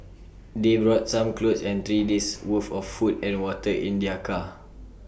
they brought some clothes and three days' worth of food and water in their car